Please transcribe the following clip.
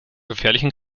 gefährlichen